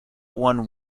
one